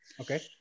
Okay